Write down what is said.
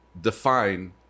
define